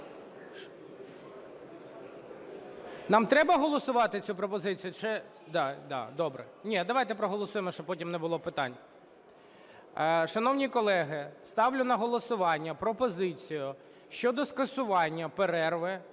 Нам треба голосувати цю пропозицію